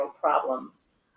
problems